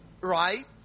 Right